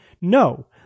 no